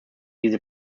diese